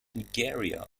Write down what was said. nigeria